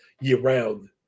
year-round